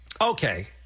Okay